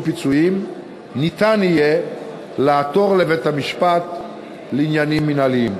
פיצויים ניתן יהיה לעתור לבית-המשפט לעניינים מינהליים.